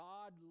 God